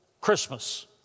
Christmas